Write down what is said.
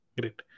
Great